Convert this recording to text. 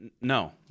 no